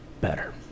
better